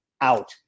out